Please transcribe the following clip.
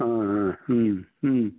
ஆ ஆ ம் ம்